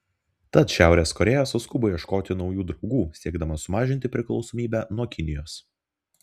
tad šiaurės korėja suskubo ieškoti naujų draugų siekdama sumažinti priklausomybę nuo kinijos